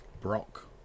Brock